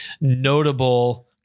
notable